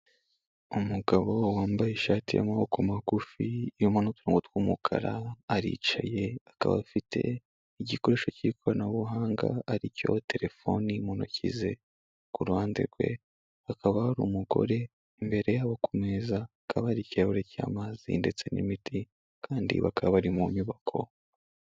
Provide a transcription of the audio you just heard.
Umugabo wambaye ishati y'amaboko magufi irimo n'uturongo tw'umukara aricaye, akaba afite igikoresho cy'ikoranabuhanga aricyo telefoni mu ntoki ze, ku ruhande rwe hakaba hari umugore, imbere yabo ku meza hakaba hari ikirahure cy'amazi ndetse n'imiti kandi bakaba bari mu nyubako.